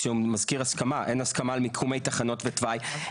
כשהוא מזכיר הסכמה אין הסכמה על מיקומי תחנות ותוואי,